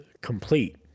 complete